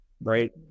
right